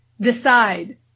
Decide